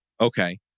okay